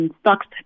stocks